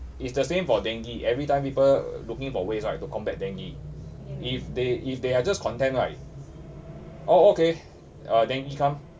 it's the same for dengue every time people looking for ways right to combat dengue if they if they are just content right oh okay uh dengue come